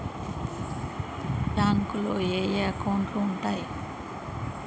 బ్యాంకులో ఏయే అకౌంట్లు ఉంటయ్?